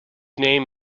name